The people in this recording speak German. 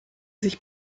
sich